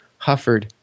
Hufford